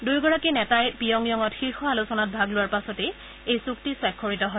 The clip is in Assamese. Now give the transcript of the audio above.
দুয়োগৰাকী নেতাই পিয়ংয়ঙত শীৰ্ষ আলোচনাত ভাগ লোৱাৰ পাছতেই এই চুক্তি স্বাক্ষৰিত হয়